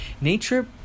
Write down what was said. Nature